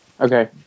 Okay